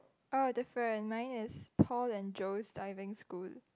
oh different mine is Paul and Joe's Diving School